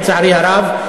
לצערי הרב,